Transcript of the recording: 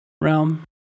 Realm